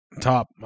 Top